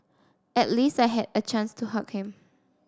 at least I had a chance to hug him